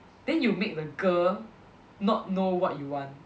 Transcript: then you make the girl not know what you want